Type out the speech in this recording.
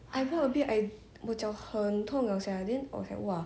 I walk a bit I 我脚很痛我想 then okay !wah!